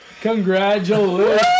Congratulations